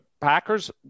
Packers